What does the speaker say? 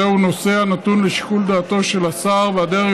זהו נושא הנתון לשיקול דעתם של השר והדרג